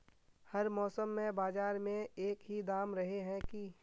हर मौसम में बाजार में एक ही दाम रहे है की?